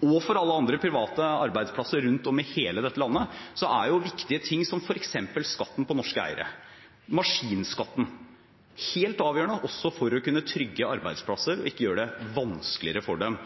og for Telemark Kildevann og alle andre private arbeidsplasser rundt om i hele dette landet er viktige ting som f.eks. skatten på norske eiere, maskinskatten, helt avgjørende for å kunne trygge arbeidsplasser og ikke gjøre det vanskeligere for dem.